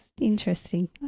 interesting